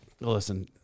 listen